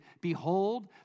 behold